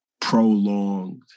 prolonged